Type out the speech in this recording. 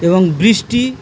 এবং বৃষ্টি